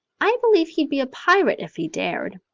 i believe he'd be a pirate if he dared.